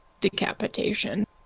decapitation